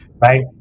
right